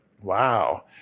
wow